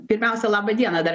pirmiausia labą diena dar